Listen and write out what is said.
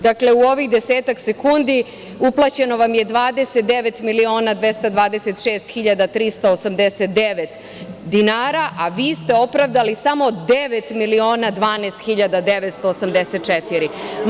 Dakle, u ovih deseta sekundi, uplaćeno vam je 29.226.389 dinara, a vi ste opravdali samo 9.012.984.